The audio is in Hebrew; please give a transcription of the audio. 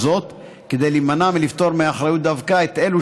וזאת כדי להימנע מלפטור מאחריות דווקא את אלו